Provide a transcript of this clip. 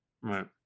Right